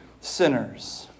Sinners